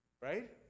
Right